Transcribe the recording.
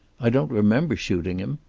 i don't remember shooting him.